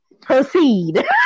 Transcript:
Proceed